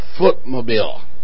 footmobile